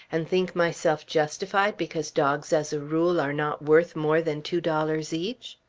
and think myself justified because dogs as a rule are not worth more than two dollars each?